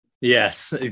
Yes